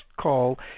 call